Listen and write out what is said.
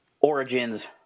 Origins